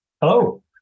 hello